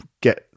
get